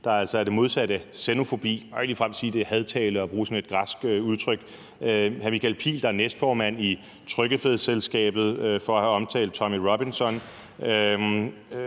der altså er det modsatte af xenofobi. Man kan jo ikke ligefrem sige, at det er hadtale at bruge sådan et græsk udtryk. Det kan være som hr. Michael Pihl, der er næstformand i Trykkefrihedsselskabet, for at have omtalt Tommy Robinson,